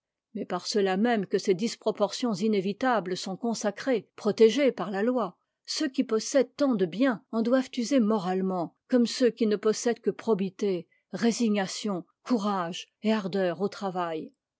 mais par cela même que ces disproportions inévitables sont consacrées protégées par la loi ceux qui possèdent tant de biens en doivent user moralement comme ceux qui ne possèdent que probité résignation courage et ardeur au travail